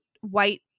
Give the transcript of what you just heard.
white